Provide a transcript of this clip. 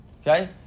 Okay